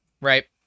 right